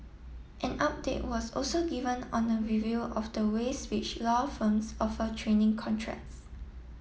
an update was also given on a review of the ways which law firms offer training contracts